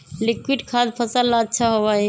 liquid खाद फसल ला अच्छा होबा हई